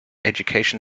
education